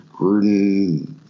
Gruden